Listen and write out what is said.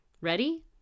Ready